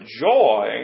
joy